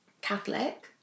Catholic